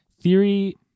theory